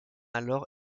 alors